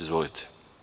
Izvolite.